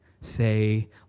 say